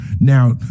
Now